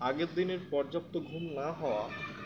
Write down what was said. আগের দিনের পর্যাপ্ত ঘুম না হওয়া